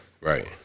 right